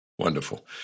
Wonderful